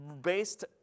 based